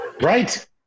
Right